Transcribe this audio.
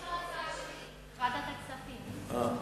זו ההצעה שלי, לוועדת הכספים.